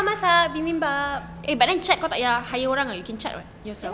azila masak bibimbap